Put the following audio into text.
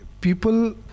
people